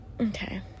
Okay